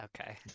okay